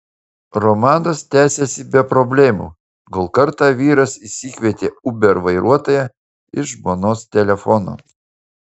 romanas tęsėsi be problemų kol kartą vyras išsikvietė uber vairuotoją iš žmonos telefono